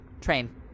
train